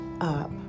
up